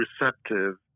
receptive